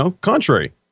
contrary